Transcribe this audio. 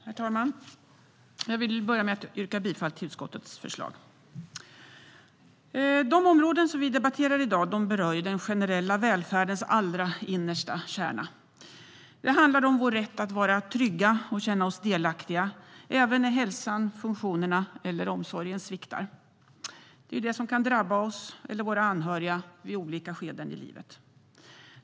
Herr talman! Jag vill börja med att yrka bifall till utskottets förslag. De områden som vi debatterar i dag berör den generella välfärdens allra innersta kärna. Det handlar om vår rätt att vara trygga och känna oss delaktiga även när hälsan, funktionerna eller omsorgen sviktar. Det kan drabba oss eller våra anhöriga vid olika skeden i livet.